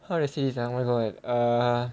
how to say ah mine gonna like err